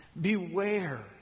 Beware